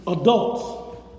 adults